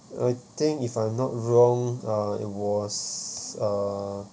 I think if I'm not wrong uh it was uh